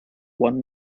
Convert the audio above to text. one